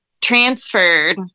transferred